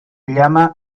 llama